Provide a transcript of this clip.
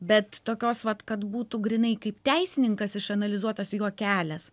bet tokios vat kad būtų grynai kaip teisininkas išanalizuotas jo kelias